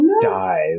dive